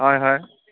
हय हय